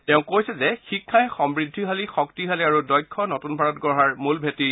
তেওঁ কৈছে যে শিক্ষাই সমূদ্ধিশালী শক্তিশালী আৰু দক্ষ নতুন ভাৰত গঢ়াৰ মূল ভেটি